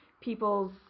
people's